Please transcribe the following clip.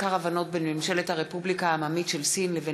מזכר הבנות בין ממשלת הרפובליקה העממית של סין לבין